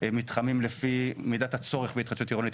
מתחמים לפי מידת הצורך בהתחדשות עירונית,